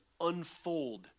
unfold